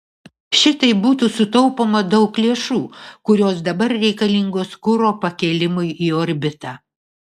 šitaip būtų sutaupoma daug lėšų kurios dabar reikalingos kuro pakėlimui į orbitą